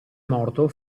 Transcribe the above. morto